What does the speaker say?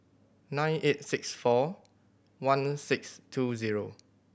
nine eight six four one six two zero